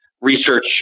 research